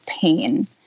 pain